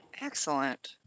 Excellent